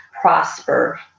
prosper